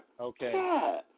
Okay